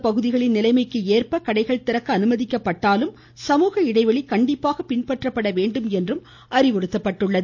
அந்தந்த பகுதிகளின் நிலைமைக்கு ஏற்ப கடைகள் திறக்க அனுமதிக்கப்பட்டாலும் சமூக இடைவெளி கண்டிப்பாக பின்பற்றப்பட வேண்டும் என்றும் அறிவுறுத்தப்பட்டுள்ளது